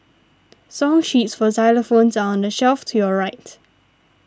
song sheets for xylophones are on the shelf to your right